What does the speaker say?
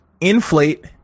inflate